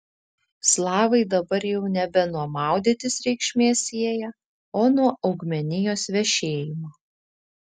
slavai dabar jau nebe nuo maudytis reikšmės sieja o nuo augmenijos vešėjimo